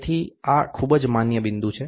તેથી આ ખૂબ જ માન્ય બિંદુ છે